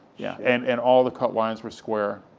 yeah and and all the cut lines were square,